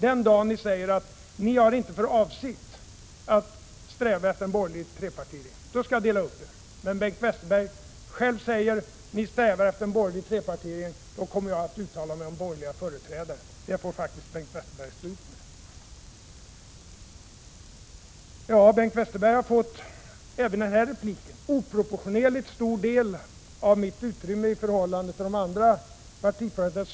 Den dag ni säger att ni inte har för avsikt att sträva efter en borgerlig trepartiregering skall jag dela upp er, men så länge Bengt Westerberg själv talar om en borgerlig regering kommer jag att fortsätta tala om borgerliga företrädare, det får faktiskt Bengt Westerberg stå ut med. Ja, Bengt Westerberg har även i den här repliken fått en oproportionerligt stor del av mitt utrymme i förhållande till de andra partiledarna.